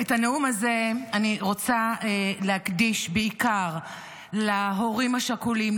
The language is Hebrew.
את הנאום הזה אני רוצה להקדיש בעיקר להורים השכולים,